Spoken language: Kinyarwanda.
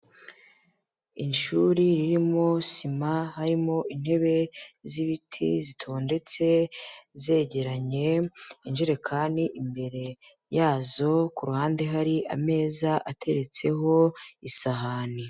Ishuri ririmo sima, harimo intebe z'ibiti zitondetse zegeranye, injerekani imbere yazo, ku ruhande hari ameza ateretseho isahani.